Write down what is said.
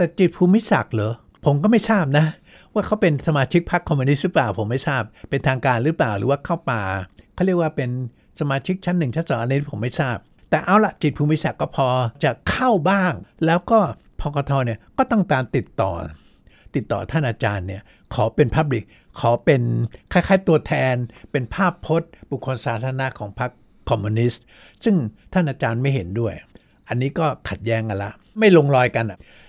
แต่จิตรภูมิศักดิ์เหรอ? ผมก็ไม่ทราบนะว่าเขาเป็นสมาชิกพรรคคอมมิวนิสต์หรือเปล่า ผมไม่ทราบ เป็นทางการหรือเปล่า หรือว่าเข้ามา เขาเรียกว่าเป็นสมาชิกชั้นหนึ่งชั้นสองอะไรนี่ ผมไม่ทราบ แต่เอาละ จิตรภูมิศักดิ์ก็พอจะเข้าบ้าง แล้วก็ พคท. เนี่ยก็ต้องการติดต่อ- ติดต่อท่านอาจารย์เนี่ย ขอเป็น public ขอเป็นคล้ายๆตัวแทน เป็นภาพพจน์บุคคลสาธารณะของพรรคคอมมิวนิสต์ ซึ่งท่านอาจารย์ไม่เห็นด้วย อันนี้ก็ขัดแย้งกันละ ไม่ลงรอยกันอะ